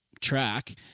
track